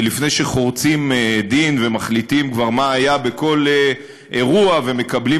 לפני שחורצים דין וכבר מחליטים מה היה בכל אירוע ומקבלים